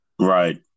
right